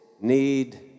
need